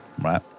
right